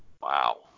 Wow